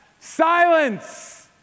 silence